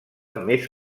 més